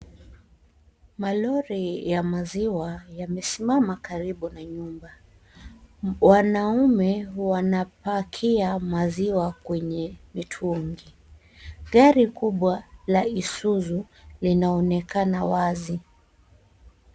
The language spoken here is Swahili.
Malori ya maziwa yamesimama karibu na nyumba. Wanaume wanapakia maziwa kwenye mitungi. Gari kubwa la Isuzu linaonekana wazi.